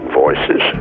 voices